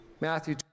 Matthew